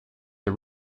the